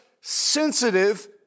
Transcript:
sensitive